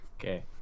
Okay